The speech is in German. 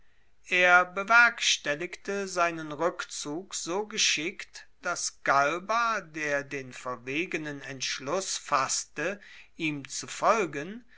er bewerkstelligte seinen rueckzug so geschickt dass galba der den verwegenen entschluss fasste ihm zu folgen